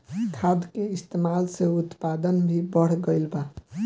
खाद के इस्तमाल से उत्पादन भी बढ़ गइल बा